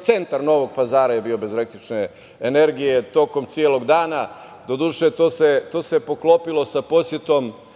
centar Novog Pazara je bio bez električne energije tokom celog dana. Doduše, to se poklopilo sa posetom